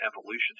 evolution